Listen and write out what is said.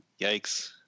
yikes